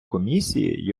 комісії